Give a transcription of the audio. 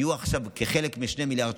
כנסת נכבדה,